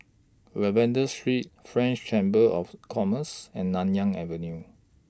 Lavender Street French Chamber of Commerce and Nanyang Avenue